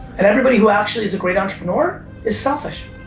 and everybody who actually is a great entrepreneur is selfish,